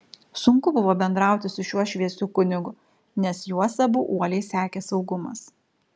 sunku buvo bendrauti su šiuo šviesiu kunigu nes juos abu uoliai sekė saugumas